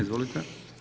Izvolite.